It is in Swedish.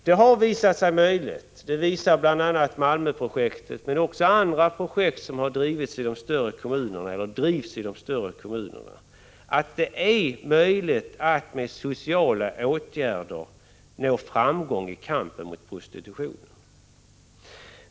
Det har visat sig möjligt, det visar bl.a. Malmöprojektet men även andra projekt som har drivits eller drivs i de större kommunerna, att det är möjligt att med sociala åtgärder nå framgång i kampen mot prostitutionen.